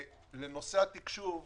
לנושא התקשוב,